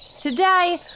Today